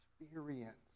experience